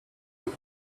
when